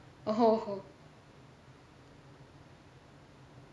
oh